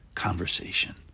conversation